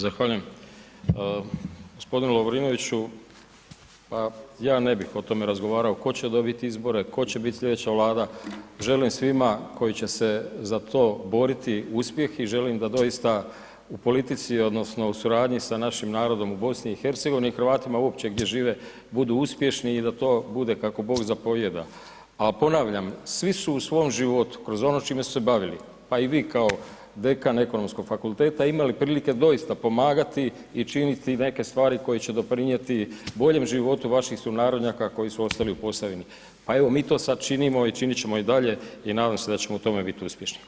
Zahvaljujem. g. Lovrinoviću, pa ja ne bih o tome razgovarao tko će dobit izbore, tko će bit slijedeća Vlada, želim svima koji će se za to boriti, uspjeh i želim da doista u politici odnosno u suradnji sa našim narodom u BiH, Hrvatima uopće gdje žive, budu uspješni i da to bude kako Bog zapovijeda, a ponavljam, svi su u svom životu kroz ono čime su se bavili, pa i vi kao dekan Ekonomskog fakulteta, imali prilike doista pomagati i činiti neke stvari koje će doprinijeti boljem životu vaših sunarodnjaka koji su ostali u Posavini, pa evo mi to sad činimo i činit ćemo i dalje i nadam se da ćemo u tome biti uspješni.